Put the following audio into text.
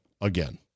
again